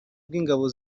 bw’ingabo